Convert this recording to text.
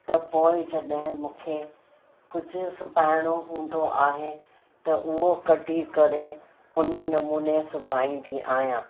त पोइ जॾहिं मूंखे कुझु सुबाहिणो हूंदो आहे त उहो कढी करे उन नमूने सुबाईंदी आहियां